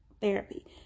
therapy